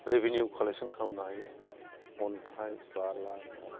revenue collection खालामनो हायो अन्थाइ बाला